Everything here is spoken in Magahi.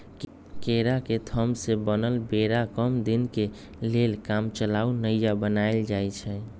केरा के थम से बनल बेरा कम दीनके लेल कामचलाउ नइया बनाएल जाइछइ